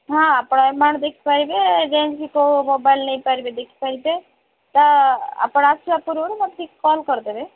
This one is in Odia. ହଁ ଆପଣ ଏମାଉଣ୍ଟ ଦେଖିପାରିବେ ଯେମିତି କୋଉ ମୋବାଇଲ ନେଇପାରିବେ ଦେଖିପାରିବେ ତ ଆପଣ ଆସିଲା ପୂର୍ବରୁ ମତେ ଟିକେ କଲ କରିଦେବେ